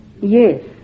Yes